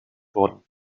wurden